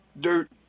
dirt